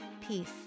peace